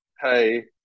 hey